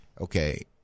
Okay